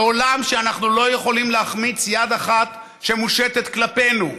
בעולם שבו אנחנו לא יכולים להחמיץ יד אחד שמושטת כלפינו,